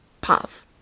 Pav